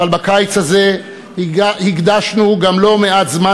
אבל בקיץ הזה הקדשנו גם לא מעט זמן,